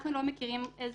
אנחנו לא מכירים את